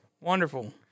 Wonderful